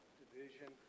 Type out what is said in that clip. division